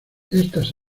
estas